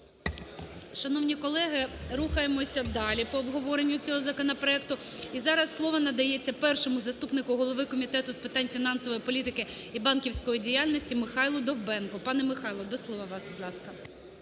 Шановні колеги, рухаємося далі по обговоренню цього законопроекту. І зараз слово надається першому заступнику голови Комітету з питань фінансової політики і банківської діяльності Михайлу Довбенку. Пане Михайло, до слова вас, будь ласка.